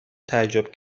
تعجب